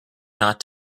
not